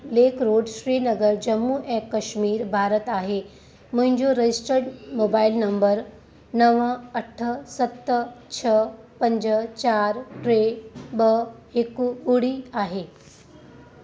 lake road Srinagar Jammu ऐं कशमीर भारत आहे मुंहिंजो रजिस्टर्ड मोबाइल नम्बर नवं अठ सत छह पंज चारि टे ॿ हिकु ॿुड़ी आहे